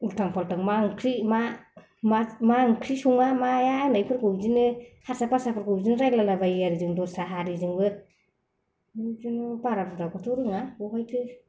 उलथां फालथां मा ओंख्रि मा मा ओंख्रि सङा माया होननायफोरखौ बिदिनो हारसा भासाफोरखौ बिदिनो रायलायलाबायो आरो जों दस्रा हारिजोंबो बिदिनो बारा बुरजाखौथ' रोङा बहायथो